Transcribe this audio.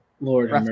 Lord